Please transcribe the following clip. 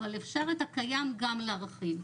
אבל אפשר את הקיים גם להרחיב.